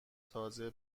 تازه